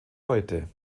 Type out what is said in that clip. heute